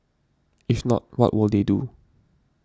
if not what will they do